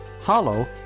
Hollow